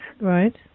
Right